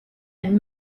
and